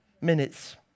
minutes